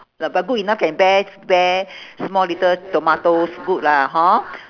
but but good enough can bear bear small little tomatoes good lah hor